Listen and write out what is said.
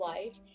Life